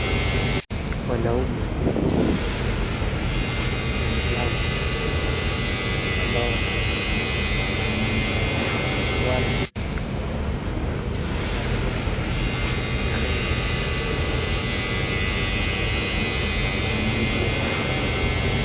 Wanaume wa dini ya Kiislamu, ambao wako msikitini wanaswali. Na wamevalia kanzu, na wamesujudia.